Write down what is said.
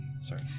Sorry